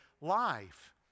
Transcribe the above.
life